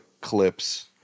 clips